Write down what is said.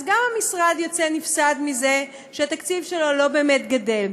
אז גם המשרד יוצא נפסד מזה שהתקציב שלו לא באמת גדל,